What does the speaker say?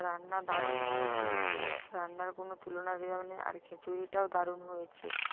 রান্না দারুণ হয়েছে রান্নার কোনো তুলনা দেওয়া যাবে না আর খিচুড়িটাও দারুণ হয়েছে